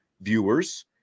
viewers